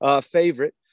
favorite